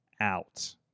out